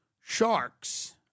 Sharks